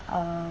uh